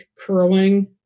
curling